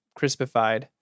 crispified